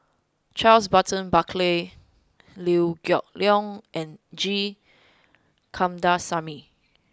Charles Burton Buckley Liew Geok Leong and G Kandasamy